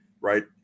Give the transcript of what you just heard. right